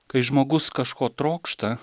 kai žmogus kažko trokšta